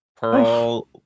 Pearl